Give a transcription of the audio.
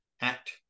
act